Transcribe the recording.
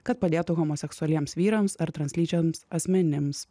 kad padėtų homoseksualiems vyrams ar translyčiams asmenims